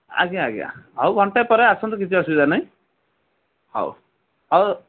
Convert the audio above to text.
ଆଜ୍ଞା ଆଜ୍ଞା ହଉ ଘଣ୍ଟେ ପରେ ଆସନ୍ତୁ କିଛି ଅସୁବିଧା ନାହିଁ ହଉ ହଉ